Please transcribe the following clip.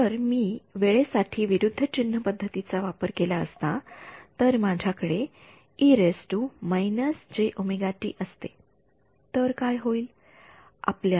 जर मी वेळे साठी विरुद्ध चिन्ह पद्धतीचा वापर केला असता जर माझ्या कडे असते तर काय होईल